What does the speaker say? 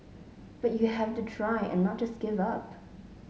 but you have to try and not just give up